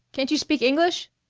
can't you speak english?